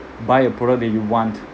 buy a product that you want